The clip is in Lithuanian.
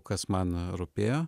kas man rūpėjo